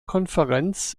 konferenz